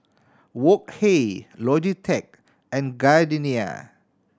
Wok Hey Logitech and Gardenia